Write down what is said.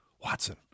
Watson